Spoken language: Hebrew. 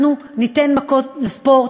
אנחנו ניתן מקום לספורט,